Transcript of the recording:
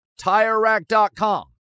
tirerack.com